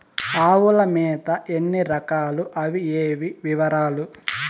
ఆవుల మేత ఎన్ని రకాలు? అవి ఏవి? వివరాలు?